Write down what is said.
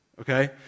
Okay